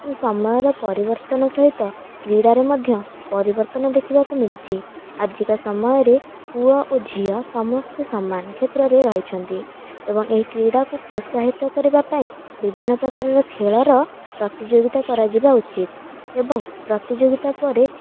କିନ୍ତୁ ସମୟର ପରିବର୍ତ୍ତନ ସହିତ କ୍ରୀଡ଼ାରେ ମଧ୍ୟ ପରିବର୍ତ୍ତନ ଦେଖିବାକୁ ମିଳିଛି ଆଜିକା ସମୟରେ ପୁଅ ଓ ଝିଅ ସମସ୍ତେ ସମାନ କ୍ଷେତ୍ରରେ ରହିଛନ୍ତି ଏବଂ ଏହି କ୍ରୀଡ଼ାକୁ ପ୍ରୋତ୍ସାହିତ କରିବା ପାଇଁ ବିଭିନ୍ନ ପ୍ରକାରର ଖେଳର ପ୍ରତିଯୋଗିତା କରାଯିବା ଉଚିତ ଏବଂ ପ୍ରତିଯୋଗିତା ପରେ